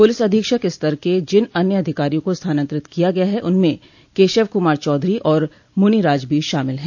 police अधीक्षक स्तर के जिन अन्य अधिकारियों को स्थानान्तरित किया गया है उनमें केशव कुमार चौधरी और मुनीराज भी शामिल है